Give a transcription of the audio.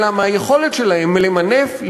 אלא מהיכולת שלהם למנף,